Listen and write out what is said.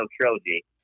trilogy